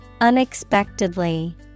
unexpectedly